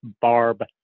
Barb